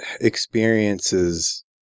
experiences